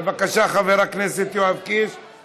בבקשה, חבר הכנסת יואב קיש, שלוש דקות.